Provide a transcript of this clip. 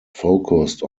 focused